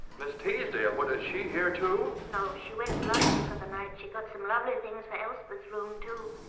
miss teasdale? what? is she here too? no, she went to london for the night. she got some lovely things for elspeth's room too.